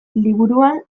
liburuan